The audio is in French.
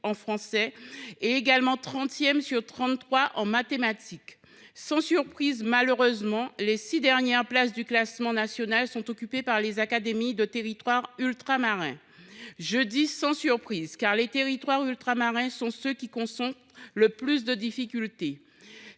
français et en mathématiques. Sans surprise, malheureusement, les six dernières places du classement national sont occupées par les académies ultramarines. Je dis « sans surprise », car les territoires ultramarins sont ceux qui concentrent le plus de difficultés.